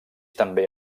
també